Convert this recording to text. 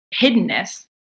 hiddenness